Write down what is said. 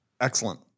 Excellent